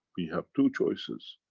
we have two choices.